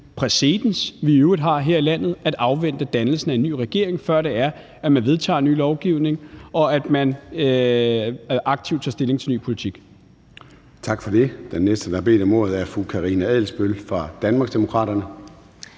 præcedens, vi i øvrigt har her i landet, at afvente dannelsen af en ny regering, før man vedtager ny lovgivning og aktivt tager stilling til en ny politik. Kl. 13:12 Formanden (Søren Gade): Tak for det. Den næste, der har bedt om ordet, er fru Karina Adsbøl fra Danmarksdemokraterne.